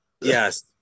Yes